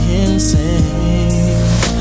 insane